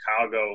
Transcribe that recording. Chicago